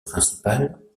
principale